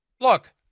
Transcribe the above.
look